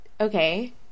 okay